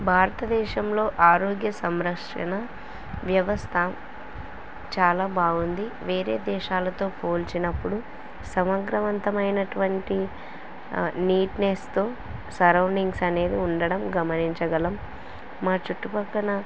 భారతదేశంలో ఆరోగ్య సంరక్షణ వ్యవస్థ చాలా బాగుంది వేరే దేశాలతో పోల్చినప్పుడు సమగ్రవంతమైనటువంటి నీట్నెస్తో సరౌండింగ్స్ అనేది ఉండటం గమనించగలం మా చుట్టుపక్కల